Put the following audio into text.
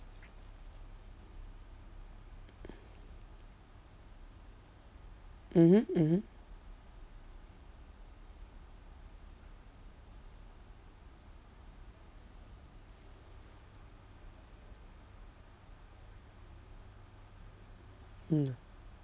mmhmm mmhmm mm